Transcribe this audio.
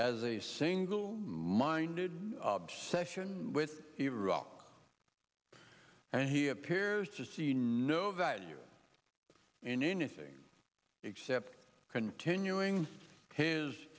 as a single minded obsession with iraq and he appears to see no value in anything except continuing his